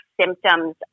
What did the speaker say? symptoms